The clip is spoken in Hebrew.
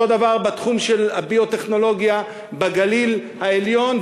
אותו דבר בתחום של הביו-טכנולוגיה בגליל העליון,